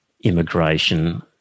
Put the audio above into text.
immigration